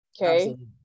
Okay